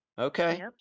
Okay